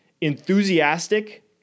enthusiastic